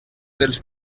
dels